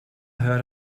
heard